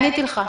עניתי לך.